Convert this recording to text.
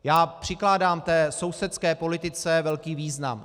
Já přikládám té sousedské politice velký význam.